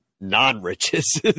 non-riches